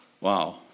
Wow